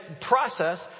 process